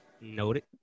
Noted